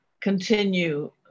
continue